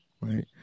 right